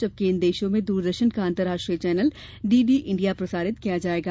जबकि इन देशों में द्रदर्शन का अंतर्राष्ट्रीय चैनल डीडी इण्डिया प्रसारित किया जायेगा